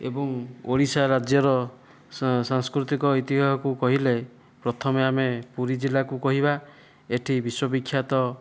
ଏବଂ ଓଡ଼ିଶା ରାଜ୍ୟର ସାଂସ୍କୃତିକ ଐତିହ୍ୟକୁ କହିଲେ ପ୍ରଥମେ ଆମେ ପୁରୀ ଜିଲ୍ଲାକୁ କହିବା ଏଠି ବିଶ୍ୱବିଖ୍ୟାତ